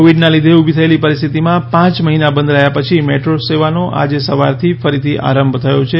કોવિડના લીધે ઉભી થયેલી પરિસ્થિતિમાં પાંચ મહિના બંધ રહ્યા પછી મેટ્રો સેવાનો આજે સવારથી ફરીથી આરંભ થયો છે